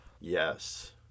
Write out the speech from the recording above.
yes